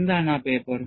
എന്താണ് ആ പേപ്പർ